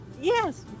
Yes